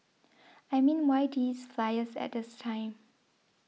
I mean why these flyers at this time